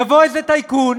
יבוא איזה טייקון,